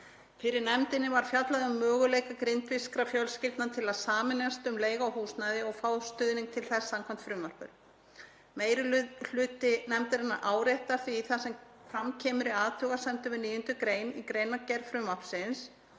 Fyrir nefndinni var fjallað um möguleika grindvískra fjölskyldna til að sameinast um leigu á húsnæði og fá stuðning til þess samkvæmt frumvarpinu. Meiri hluti nefndarinnar áréttar það sem fram kemur í athugasemdum við 9. gr. í greinargerð frumvarpsins,